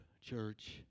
church